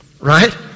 right